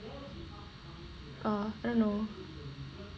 err I don't know